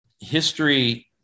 history